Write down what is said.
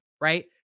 right